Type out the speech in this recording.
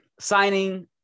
Signing